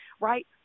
right